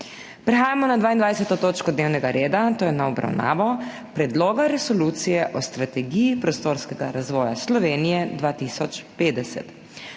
prekinjeno 22. točko dnevnega reda, to je z obravnavo Predloga resolucije o strategiji prostorskega razvoja Slovenije 2050.